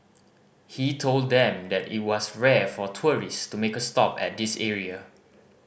he told them that it was rare for tourist to make a stop at this area